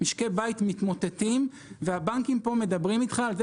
משקי בית מתמוטטים והבנקים פה מדברים איתך על זה